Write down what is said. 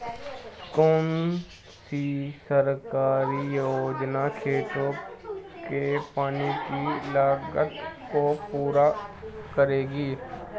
कौन सी सरकारी योजना खेतों के पानी की लागत को पूरा करेगी?